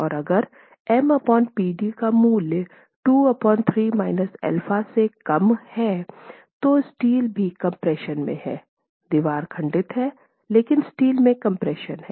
3 और अगर M Pd का मूल्य 2 α से कम है 3 तो स्टील भी कम्प्रेशन में है दीवार खंडित हैं लेकिन स्टील में कम्प्रेशन हैं